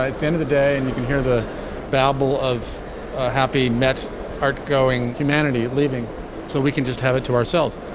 ah it's the end of the day and you can hear the babble of happy met outgoing humanity leaving so we can just have it to ourselves